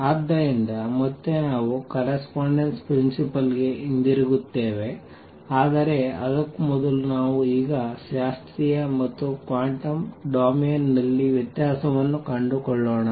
ಆದ್ದರಿಂದ ಮತ್ತೆ ನಾವು ಕರೆಸ್ಪಾಂಡೆನ್ಸ್ ಪ್ರಿನ್ಸಿಪಲ್ ಗೆ ಹಿಂತಿರುಗುತ್ತೇವೆ ಆದರೆ ಅದಕ್ಕೂ ಮೊದಲು ನಾವು ಈಗ ಶಾಸ್ತ್ರೀಯ ಮತ್ತು ಕ್ವಾಂಟಮ್ ಡೊಮೇನ್ ನಲ್ಲಿ ವ್ಯತ್ಯಾಸವನ್ನು ಕಂಡುಕೊಳ್ಳೋಣ